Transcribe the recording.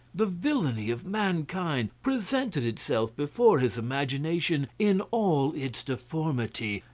the villainy of mankind presented itself before his imagination in all its deformity,